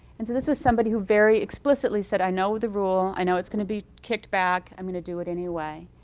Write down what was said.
and so this was somebody who very explicitly said, i know the rule. i know it's going to be kicked back. i'm going to do it anyway.